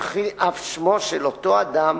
וכי אף שמו של אותם אדם